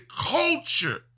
culture